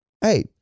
hey